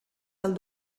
del